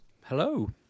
hello